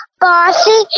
bossy